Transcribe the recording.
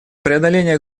преодоления